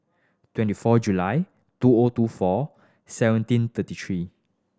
twenty four July two O two four seventeen thirty three